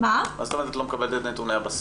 מה זאת אומרת את לא מקבלת את נתוני הבסיס?